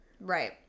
right